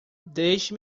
deixe